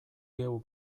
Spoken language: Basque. geu